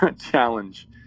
challenge